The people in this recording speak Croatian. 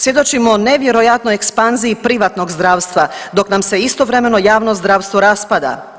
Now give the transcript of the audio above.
Svjedočimo nevjerojatnoj ekspanziji privatnog zdravstva dok nam se istovremeno javno zdravstvo raspada.